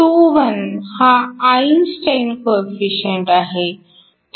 B21 हा Einstein coefficient आहे